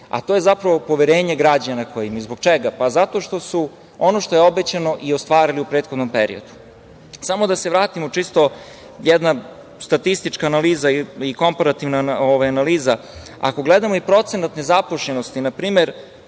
a to je zapravo poverenje građana. Zbog čega? Zato što su ono što je obećano i ostvarili u prethodnom periodu. Samo da se vratimo, čisto jedna statistička i komparativna analiza, ako gledamo i procenat nezaposlenosti, a to je